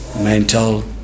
mental